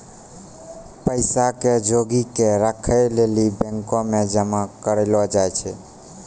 पैसा के जोगी क राखै लेली बैंक मे जमा करलो जाय छै